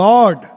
God